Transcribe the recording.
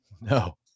No